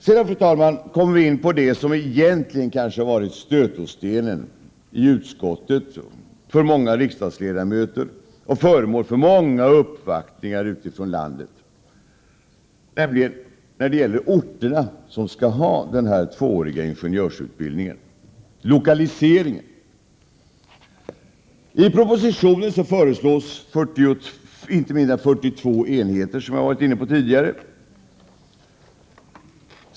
Sedan, fru talman, kommer vi in på det som för många riksdagsledamöter egentligen varit stötestenen i utskottet och föremål för många uppvaktningar utifrån landet, nämligen vilka orter som skall ha den här tvååriga ingenjörsutbildningen. Det handlar alltså om lokaliseringen. I propositionen föreslås inte mindre än 42 enheter, som jag varit inne på tidigare.